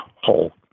whole